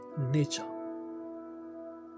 nature